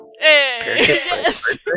Yes